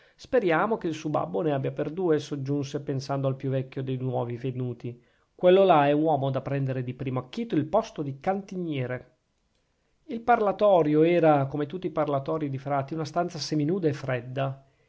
speriamo che il su babbo ne abbia per due soggiunse pensando al più vecchio dei nuovi venuti quello là è uomo da prendere di primo acchito il posto di cantiniere il parlatorio era come tutti i parlatorii di frati una stanza seminuda e fredda